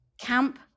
camp